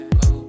go